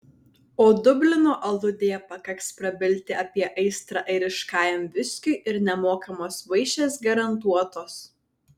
o dublino aludėje pakaks prabilti apie aistrą airiškajam viskiui ir nemokamos vaišės garantuotos